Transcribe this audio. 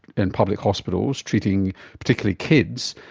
in public hospitals, treating particularly kids.